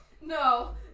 No